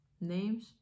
names